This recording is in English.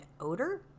odor